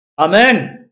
Amen